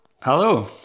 Hello